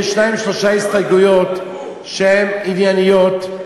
יש שתיים-שלוש הסתייגויות שהן ענייניות.